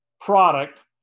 product